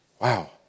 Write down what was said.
Wow